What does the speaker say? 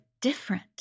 different